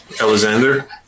Alexander